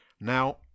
Now